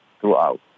throughout